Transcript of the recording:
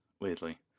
weirdly